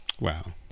Wow